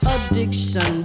Addiction